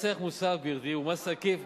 מס ערך מוסף, גברתי, הוא מס עקיף,